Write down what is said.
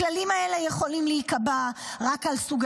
הכללים האלה יכולים להיקבע רק על סוגי